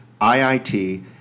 IIT